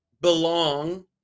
belong